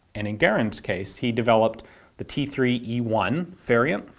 and in garand's case he developed the t three e one variant,